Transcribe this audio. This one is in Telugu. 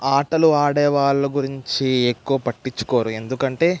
ఆటలు ఆడే వాళ్ళ గురించి ఎక్కువ పట్టించుకోరు ఎందుకంటే